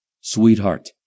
Sweetheart